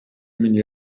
минь